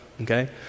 okay